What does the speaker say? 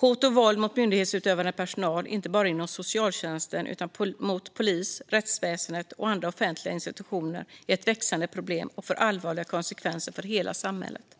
Hot och våld mot myndighetsutövande personal, inte bara inom socialtjänsten utan också inom polisen, rättsväsendet och andra offentliga institutioner, är ett växande problem som får allvarliga konsekvenser för hela samhället.